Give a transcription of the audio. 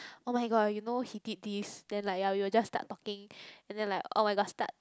oh-my-god you now he did this then like yea you will just start talking and then like oh-my-god start